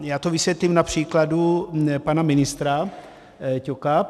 Já to vysvětlím na příkladu pana ministra Ťoka.